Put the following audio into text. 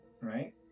right